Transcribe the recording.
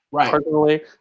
personally